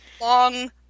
long